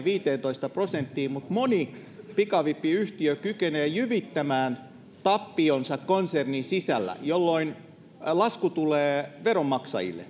viiteentoista prosenttiin mutta moni pikavippiyhtiö kykenee jyvittämään tappionsa konsernin sisällä jolloin lasku tulee veronmaksajille